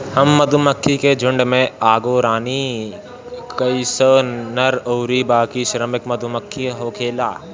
हर मधुमक्खी के झुण्ड में एगो रानी, कई सौ नर अउरी बाकी श्रमिक मधुमक्खी होखेले